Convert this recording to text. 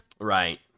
Right